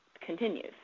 continues